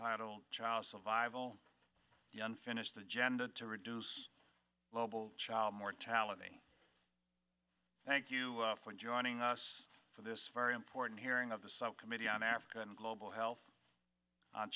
old child survival the unfinished agenda to reduce global child mortality thank you for joining us for this very important hearing of the subcommittee on africa and global health on